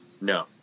No